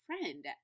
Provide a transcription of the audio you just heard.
friend